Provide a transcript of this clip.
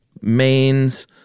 mains